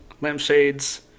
lampshades